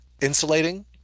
insulating